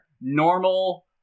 normal